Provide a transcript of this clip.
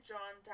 John